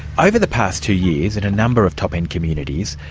over the past two years, in a number of top-end communities,